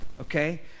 Okay